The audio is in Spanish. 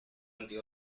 ante